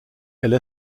elle